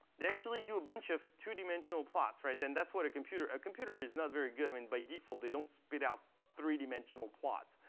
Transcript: they actually do a bunch of two dimensional plots. and that's what a computer a computer is not very good i mean, by default, they don't spit out three dimensional plots.